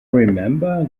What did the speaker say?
remember